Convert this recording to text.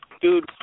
dude